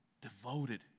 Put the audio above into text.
Devoted